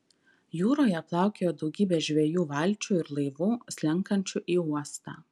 jūroje plaukiojo daugybė žvejų valčių ir laivų slenkančių į uostą